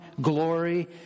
glory